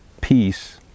peace